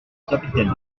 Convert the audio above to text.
capitaine